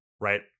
right